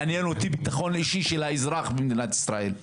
מעניין אותי הביטחון האישי של האזרח במדינת ישראל.